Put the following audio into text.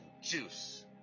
Juice